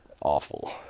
Awful